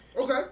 okay